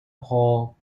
hole